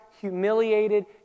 humiliated